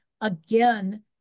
again